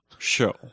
Show